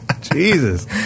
Jesus